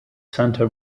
santa